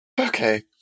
Okay